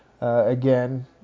Again